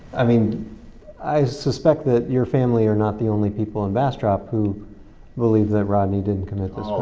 i mean i suspect that your family are not the only people in bastrop who believe that rodney didn't commit this